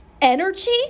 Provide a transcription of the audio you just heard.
energy